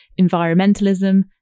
environmentalism